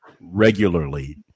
regularly